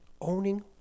owning